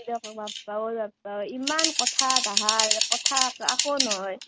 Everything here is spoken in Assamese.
দিয়ক বাপ্পা ঐ বাপ্পা ঐ ইমান কথা তাহাৰ কথা আকৌ নহয়